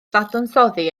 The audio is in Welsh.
ddadansoddi